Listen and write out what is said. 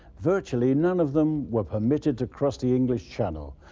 virtually none of them were permitted to cross the english channel.